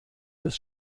des